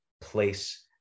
place